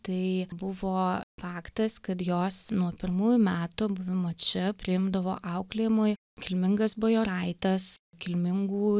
tai buvo faktas kad jos nuo pirmųjų metų buvimo čia priimdavo auklėjimui kilmingas bajoraites kilmingų